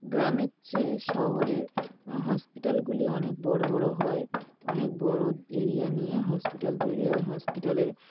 গ্রামের চেয়ে শহরের হসপিটালগুলি অনেক বড় বড় হয় অনেক বড় এরিয়া নিয়ে হসপিটাল তৈরি হয় হসপিটালের